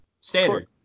Standard